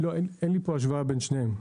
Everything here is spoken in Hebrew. אין לי פה השוואה בין שניהם.